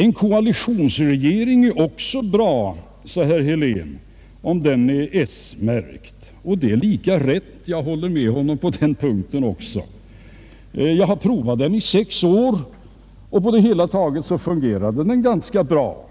En koalitionsregering är också bra, sade herr Helén, om den är s-märkt. Jag håller med honom på den punkten också. Jag har prövat den i sex år och på det hela taget fungerade den ganska bra.